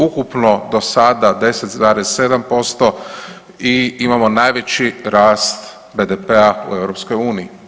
Ukupno do sada 10,7% i imamo najveći rast BDP-a u EU.